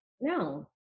no